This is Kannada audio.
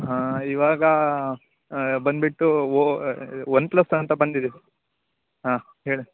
ಹಾಂ ಇವಾಗ ಬಂದುಬಿಟ್ಟು ಓ ಒನ್ಪ್ಲಸ್ ಅಂತ ಬಂದಿದೆ ಸರ್ ಹಾಂ ಹೇಳಿ